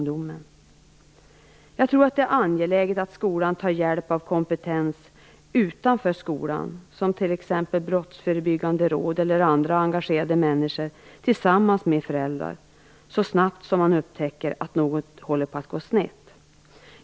Det är angeläget att skolan tar hjälp av kompetens utanför skolan, som t.ex. Brottsförebyggande rådet eller andra engagerade människor och föräldrar så snart man upptäcker att något håller på att gå snett.